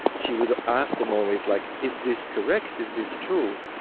she would ask them always, like, is this correct, is this true?